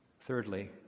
Thirdly